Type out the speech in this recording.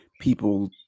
People